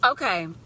Okay